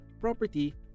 property